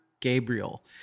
Gabriel